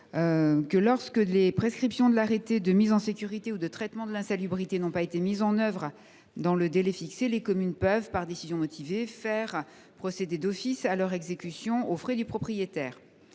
que, lorsque les prescriptions de l’arrêté de mise en sécurité ou de traitement de l’insalubrité n’ont pas été mises en œuvre dans le délai fixé, les communes peuvent, par décision motivée, faire procéder d’office à leur exécution aux frais du propriétaire.